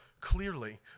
clearly